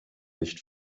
nicht